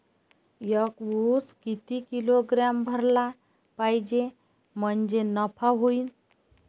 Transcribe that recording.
एक उस किती किलोग्रॅम भरला पाहिजे म्हणजे नफा होईन?